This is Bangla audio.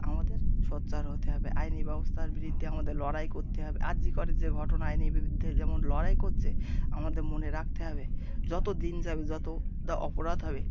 আমাদের সোচ্চার হতে হবে আইনি ব্যবস্থার বিরুদ্ধে আমাদের লড়াই করতে হবে আর জি করের যে ঘটনা আইনি বিবিদ্ধে যেমন লড়াই করছে আমাদের মনে রাখতে হবে যতো দিন যাবে যতো দা অপরাধ হবে